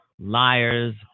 liars